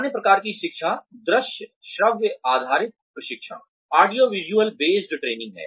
अन्य प्रकार की शिक्षा दृश्य श्रव्य आधारित प्रशिक्षण है